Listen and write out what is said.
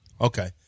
Okay